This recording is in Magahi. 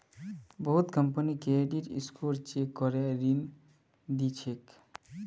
बहुत कंपनी क्रेडिट स्कोर चेक करे ऋण दी छेक